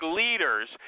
leaders